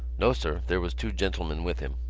no, sir. there was two gentlemen with him.